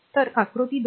तर आकृती २